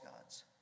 gods